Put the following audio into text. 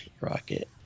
Rocket